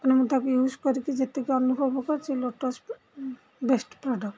ଆପଣ ମୁଁ ତାକୁ ୟୁଜ୍ କରିକି ଯେତିକି ଅନୁଭବ କରିଛି ଲୋଟସ୍ ବେଷ୍ଟ୍ ପ୍ରଡ଼କ୍ଟ୍